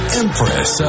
empress